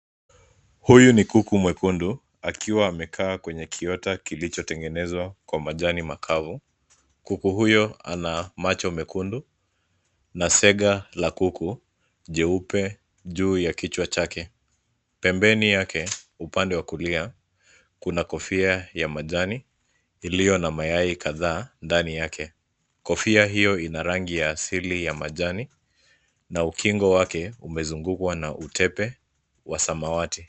Huyu ni kuku mwekundu akiwa amekaa kwenye kiota kilichotengenezwa kwa majani makafu, kuku huyo ana macho mekundu na zega la kuku jeupe juu ya kichwa chake, pembeni yake upande wa kulia kuna kofia ya majani iliyo na mayai kadhaa ndani yake ,kofia iyo Ina rangi ya asili ya majani na ukingo wake umezungukwa na utepe wa samawati.